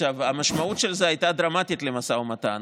המשמעות של זה הייתה דרמטית למשא ומתן,